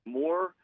more